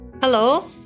Hello